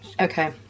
Okay